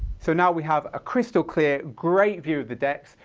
so now we have a crystal clear, great view of the decks,